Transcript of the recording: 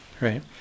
right